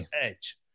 Edge